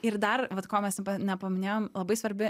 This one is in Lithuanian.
ir dar vat ko mes nepaminėjom labai svarbi